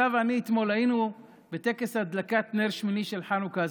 אתה ואני היינו אתמול בטקס הדלקת נר שמיני של חנוכה,